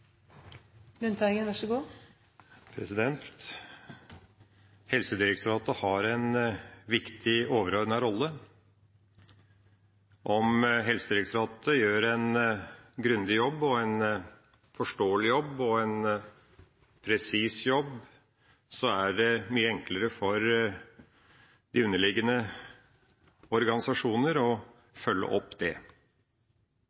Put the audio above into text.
Helsedirektoratet har en viktig, overordnet rolle. Om Helsedirektoratet gjør en grundig, forståelig og presis jobb, er det mye enklere for de underliggende organisasjoner å